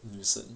女神